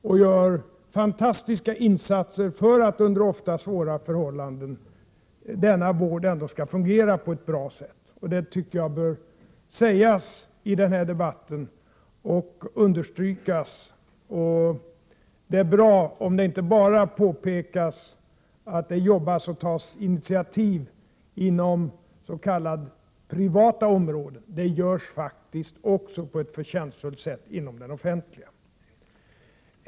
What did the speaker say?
De gör fantastiska insatser för att denna vård, ofta under svåra förhållanden, ändå skall fungera på ett bra sätt. Man bör understryka i denna debatt att det är bra om det inte enbart påpekas att det arbetas och tas initiativ inom s.k. privata områden. Det görs faktiskt också på ett förtjänstfullt sätt inom den offentliga sektorn.